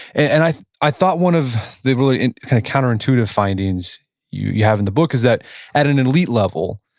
and i i thought one of the really kind of counterintuitive findings you you have in the book is that at an elite level,